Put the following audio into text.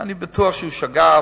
אני בטוח שהוא שגה,